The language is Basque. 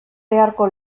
beharko